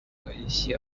gaheshyi